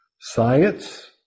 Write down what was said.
Science